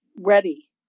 ready